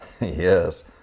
yes